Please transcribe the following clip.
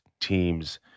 teams